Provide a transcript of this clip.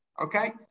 Okay